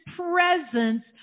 presence